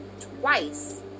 twice